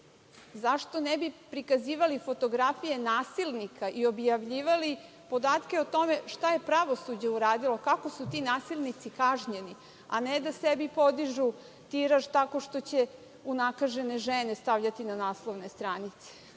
Zašto ne bi prikazivali fotografije nasilnika i objavljivali podatke o tome šta je pravosuđe uradilo, kako su ti nasilnici kažnjeni, a ne da sebi podižu tiraž tako što će unakažene žene stavljati na naslovne strane. Na